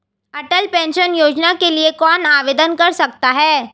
अटल pension योजना के लिए कौन आवेदन कर सकता है?